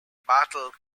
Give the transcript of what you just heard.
battle